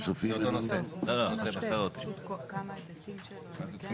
סדר גודל בין עשרים ל-שלושים אחוזים של תוכניות